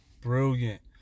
brilliant